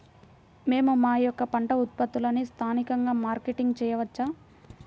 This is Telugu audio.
మేము మా యొక్క పంట ఉత్పత్తులని స్థానికంగా మార్కెటింగ్ చేయవచ్చా?